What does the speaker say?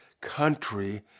country